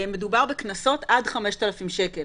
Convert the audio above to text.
מדובר בקנסות עד 5,000 שקלים.